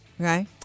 okay